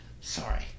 Sorry